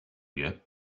yet